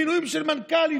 מינויים של מנכ"לים,